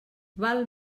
val